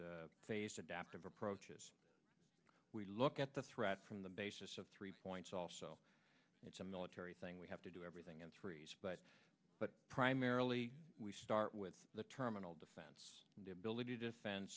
base adaptive approaches we look at the threat from the basis of three points also it's a military thing we have to do everything in threes but but primarily we start with the terminal the it's the ability to